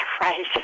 right